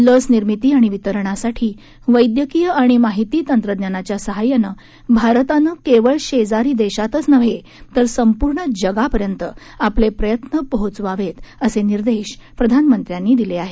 लस निर्मिती आणि वितरणासाठी वैद्यकीय आणि माहिती तंत्रज्ञानाच्या सहाय्यानं भारतानं केवळ शेजारी देशातच नव्हे तर संपूर्ण जगापर्यंत आपले प्रयत्न पोचवावेत असे निर्देश प्रधानमंत्र्यांनी दिले आहेत